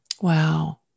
Wow